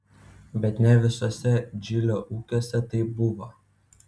bet ne visuose džilio ūkiuose taip buvo